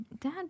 dad